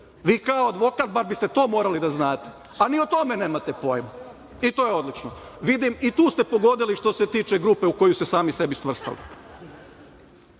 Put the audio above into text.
Vi kao advokat bar biste to morali da znate, a ni o tome nemate pojma i to je odlično. Vidim i tu ste pogodili što se tiče grupe u koju ste sami sebe svrstali. Najzad,